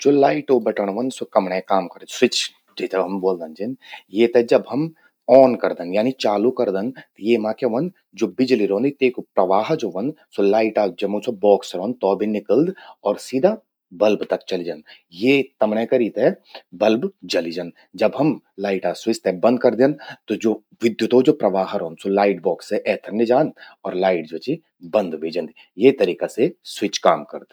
ज्वो लाइटो बटण व्हंद, स्वो कमण्यें काम करद। स्विच जेते हम ब्वोल्दन छिन। येते जब ऑन करदन यानी चालू करदन त येमा क्या व्हंद, ज्वो बिजली रौंदि, तेकु प्रवाह ज्वो व्हंद, स्वो लाइटा जमु स्वो बॉक्स रौंद, तो बे निकलद और सीधा बल्ब तक चलि जंद। ये तमण्ये करी ते बल्ब जलि जंद। जब हम लाइटा स्विच ते बंद करदन, त विद्युतो ज्वो प्रवाह रौंद, स्वो लाइट बॉक्स से एथर नि जांद। और लाइट ज्वो चि, बंद व्हे जंदि। ये तरीका से स्विच काम करद।